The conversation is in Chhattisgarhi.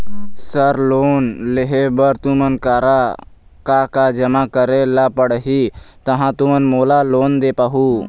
सर लोन लेहे बर तुमन करा का का जमा करें ला पड़ही तहाँ तुमन मोला लोन दे पाहुं?